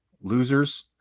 losers